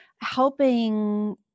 helping